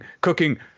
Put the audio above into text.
cooking